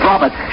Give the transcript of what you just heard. Robert